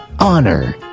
Honor